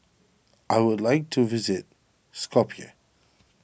I would like to visit Skopje